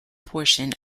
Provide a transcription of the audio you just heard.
portion